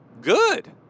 Good